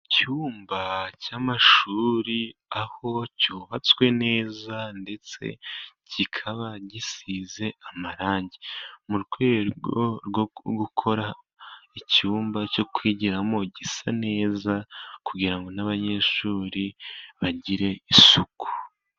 Icyumba cy'amashuri aho cyubatswe neza ndetse kikaba gisize amarangi mu rwego rwo gukora icyumba cyo kwigiramo gisa neza kugira ngo n'abanyeshuri bagire isuku.